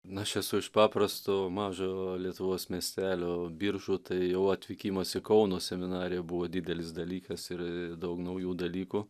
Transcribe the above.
na aš esu iš paprasto mažo lietuvos miestelio biržų tai jau atvykimas į kauno seminariją buvo didelis dalykas ir daug naujų dalykų